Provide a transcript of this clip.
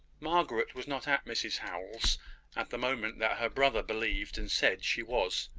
margaret was not at mrs howell's at the moment that her brother believed and said she was.